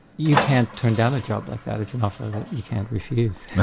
you can't turn down a job like that, it's an offer that you can't refuse.